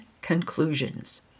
conclusions